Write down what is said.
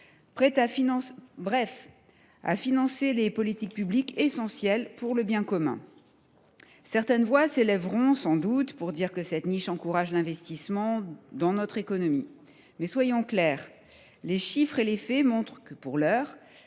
pourrait financer les politiques publiques essentielles pour le bien commun. Certaines voix s’élèveront sans doute pour dire que cette niche encourage l’investissement dans l’économie. Mais soyons clairs : les chiffres et les faits montrent que, pour l’heure,